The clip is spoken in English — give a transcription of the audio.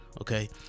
okay